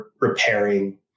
repairing